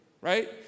right